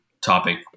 topic